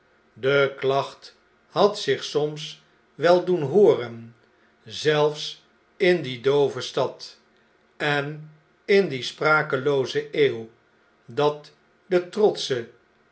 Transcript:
de klacht had zich soms wel doen hooren zelfs in die doove stad en in die sprakelooze eeuw dat de trotsche